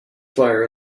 fire